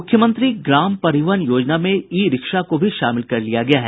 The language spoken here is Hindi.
मुख्यमंत्री ग्राम परिवहन योजना में ई रिक्शा को भी शामिल कर लिया गया है